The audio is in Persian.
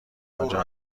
آنجا